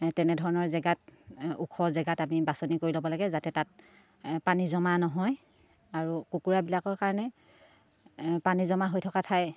তেনেধৰণৰ জেগাত ওখ জেগাত আমি বাছনি কৰি ল'ব লাগে যাতে তাত পানী জমা নহয় আৰু কুকুৰাবিলাকৰ কাৰণে পানী জমা হৈ থকা ঠাই